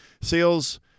sales